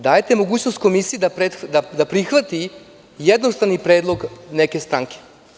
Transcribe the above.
Dajete mogućnost komisiji da prihvati jednostrani predlog neke stranke.